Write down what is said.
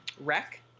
Wreck